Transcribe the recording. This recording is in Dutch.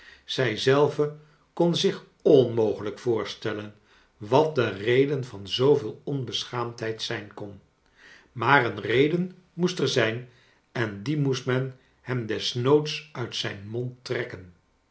zij zelve kon zich onmogelijk voorstellen wat de reden van zooveel onbeschaamdheid zijn kon maar een reden moest er zijn en die moest men hem desnoods uit zijn mond trekken